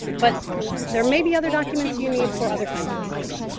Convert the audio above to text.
but there may be other documents you need for other kinds of visas.